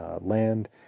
land